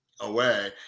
away